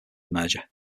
merger